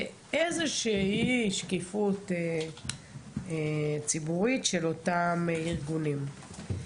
איזושהי שקיפות ציבורית של אותם ארגונים.